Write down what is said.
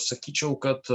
sakyčiau kad